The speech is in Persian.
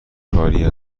کاری